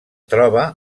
troba